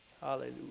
Hallelujah